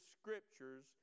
scriptures